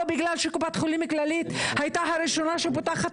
או בגלל שקופת חולים כללית הייתה הראשונה שפתחה